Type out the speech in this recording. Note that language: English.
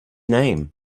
name